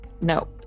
No